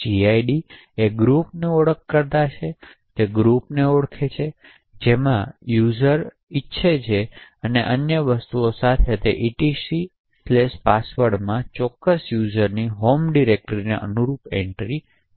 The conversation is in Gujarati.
gid જે એક ગ્રુપ ઓળખકર્તા છે જે તે ગ્રુપને ઓળખે છે જેમાં યુઝર ઇચ્છે છે અને તે અન્ય વસ્તુઓ સાથે etcpassword માં તે ચોક્કસ યુઝરની હોમ ડિરેક્ટરીને અનુરૂપ એન્ટ્રી છે